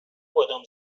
بادام